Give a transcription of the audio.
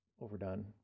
overdone